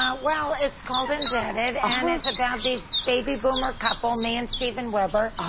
ah well it's called indebted, and it's about this baby boomer couple, me and steven weber,